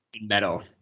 Metal